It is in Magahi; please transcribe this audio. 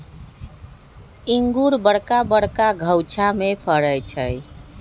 इंगूर बरका बरका घउछामें फ़रै छइ